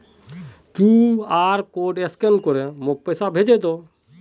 QR code scan करे मोक पैसा भेजे दे